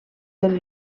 del